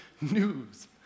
news